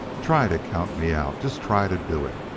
try to count me out just try to do it!